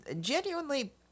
genuinely